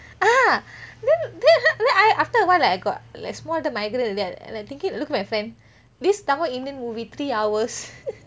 ah then then I after awhile I got like small little migraine already then I thinking look at my friend this ta~ indian movie three hours